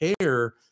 care